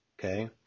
okay